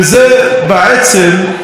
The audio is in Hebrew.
וזה בעצם,